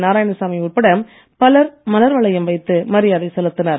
நாராயணசாமி உட்பட பலர் மலர் வளையம் வைத்து மரியாதை செலுத்தினர்